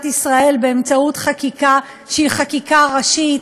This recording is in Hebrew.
ישראל באמצעות חקיקה שהיא חקיקה ראשית.